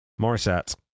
Morissette